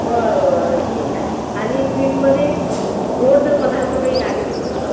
बरं बरं ठीक आहे आणि स्वीटमध्ये गोड जर पदार्थ काही लागत असेल तर